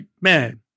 man